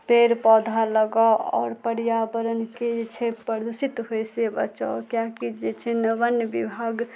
पेड़ पौधा लगाउ आओर पर्यावरणके जे छै प्रदूषित होइ से बचाउ किएकि जे छै वन विभाग